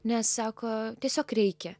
nes sako tiesiog reikia